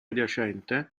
adiacente